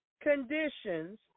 conditions